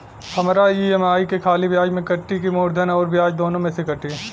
हमार ई.एम.आई खाली ब्याज में कती की मूलधन अउर ब्याज दोनों में से कटी?